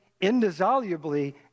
indissolubly